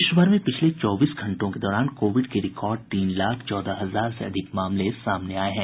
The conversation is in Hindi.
देश भर में पिछले चौबीस घंटों के दौरान कोविड के रिकार्ड तीन लाख चौदह हजार से अधिक मामले सामने आये हैं